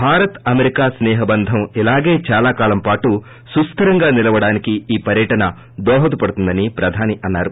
Bharat America స్పే హ బంధం ఇలాగే చాలా కాలం పాటు సుస్ధిరంగా నిలవడానికి ఈ పర్యటన దోహదపడుతుందని ప్రధాని అన్నారు